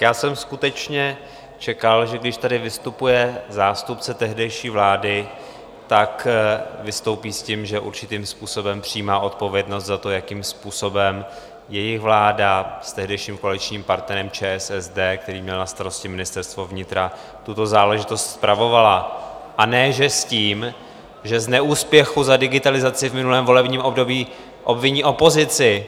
Já jsem skutečně čekal, že když tady vystupuje zástupce tehdejší vlády, tak vystoupí s tím, že určitým způsobem přijímá odpovědnost za to, jakým způsobem jejich vláda s tehdejším koaličním partnerem ČSSD, který měl na starosti Ministerstvo vnitra, tuto záležitost spravovala, a ne s tím, že z neúspěchu za digitalizaci v minulém volebním období obviní opozici.